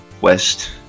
West